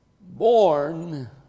born